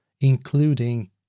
including